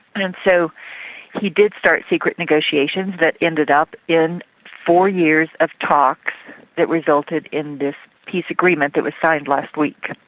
and and so he did start secret negotiations that ended up in four years of talks that resulted in this peace agreement that was signed last week.